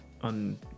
on